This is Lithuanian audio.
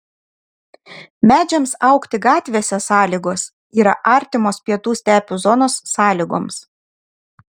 medžiams augti gatvėse sąlygos yra artimos pietų stepių zonos sąlygoms